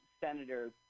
Senator